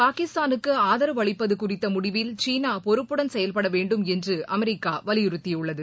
பாகிஸ்தானுக்கு ஆதரவு அளிப்பது குறித்த முடிவில் சீனா பொறுப்புடன் செயல்பட வேண்டும் என்று அமெரிக்கா வலியுறுத்தியுள்ளது